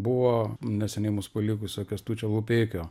buvo neseniai mus palikusio kęstučio lupeikio